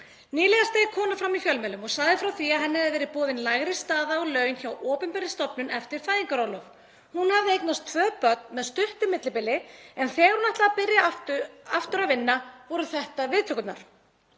Nýlega steig kona fram í fjölmiðlum og sagði frá því að henni hefði verið boðin lægri staða og laun hjá opinberri stofnun eftir fæðingarorlof. Hún hafði eignast tvö börn með stuttu millibili en þegar hún ætlaði að byrja aftur að vinna voru þetta viðtökurnar.